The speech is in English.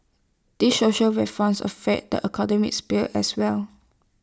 these social reforms affect the economic sphere as well